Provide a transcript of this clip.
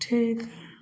ठीक